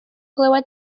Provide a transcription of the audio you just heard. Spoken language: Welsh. glywed